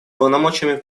полномочиями